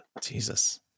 Jesus